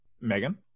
Megan